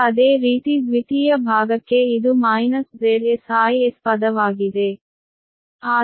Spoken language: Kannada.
ಈಗ ಅದೇ ರೀತಿ ದ್ವಿತೀಯ ಭಾಗಕ್ಕೆ ಇದು- ಪದವಾಗಿದೆ